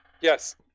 Yes